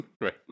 Right